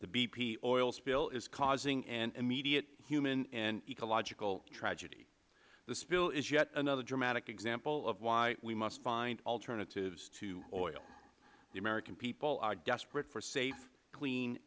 bp oil spill is causing an immediate human and ecological tragedy the spill is yet another dramatic example of why we must find alternatives to oil the american people are desperate for safe clean